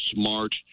smart